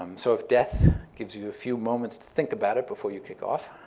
um so if death gives you a few moments to think about it before you kick off,